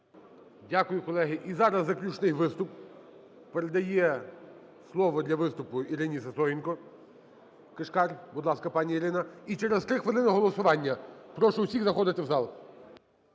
Дякую, колеги. І зараз заключний виступ. Передає слово для виступу Ірині Сисоєнко Кишкар. Будь ласка, пані Ірина. І через 3 хвилини голосування. Прошу усіх заходити в зал.